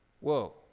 Whoa